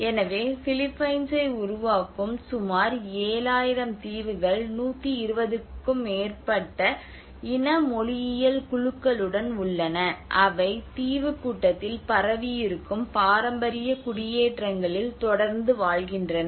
எனவே பிலிப்பைன்ஸை உருவாக்கும் சுமார் 7000 தீவுகள் 120 க்கும் மேற்பட்ட இன மொழியியல் குழுக்களுடன் உள்ளன அவை தீவுக்கூட்டத்தில் பரவியிருக்கும் பாரம்பரிய குடியேற்றங்களில் தொடர்ந்து வாழ்கின்றன